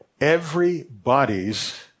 everybody's